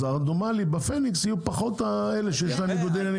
אז הרנדומלי בהפניקס יהיה פחות אלה שיש להם ניגודי עניינים.